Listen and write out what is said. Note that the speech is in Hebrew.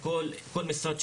לכן שום תקשורת,